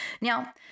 now